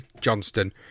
Johnston